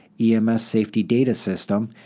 ems safety data system,